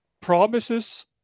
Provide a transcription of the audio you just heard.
promises